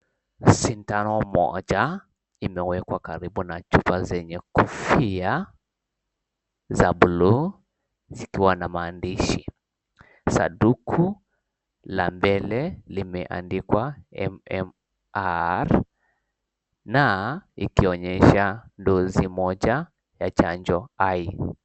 Sindano moja imewekwa karibu na chupa zenye kofia za bluu zikiwa na maandishi. Sanduku la mbele limeandikwa "MMR" na ikionyesha dose moja ya chanjo "I".